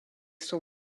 son